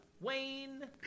Wayne